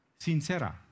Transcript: sincera